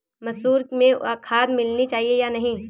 मसूर में खाद मिलनी चाहिए या नहीं?